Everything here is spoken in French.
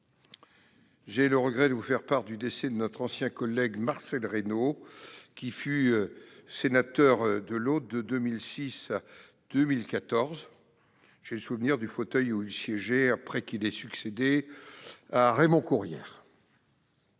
J'ai le regret de vous faire part du décès de notre ancien collègue Marcel Rainaud, qui fut sénateur de l'Aude de 2006 à 2014. J'ai le souvenir du fauteuil qu'il occupait, après avoir succédé à Raymond Courrière.